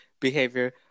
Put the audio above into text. behavior